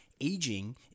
aging